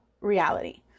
reality